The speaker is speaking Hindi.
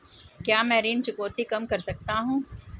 क्या मैं ऋण चुकौती कम कर सकता हूँ?